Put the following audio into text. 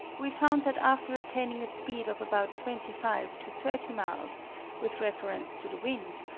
we found that after attaining a speed of about twenty five to thirty miles with reference to the wind,